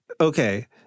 okay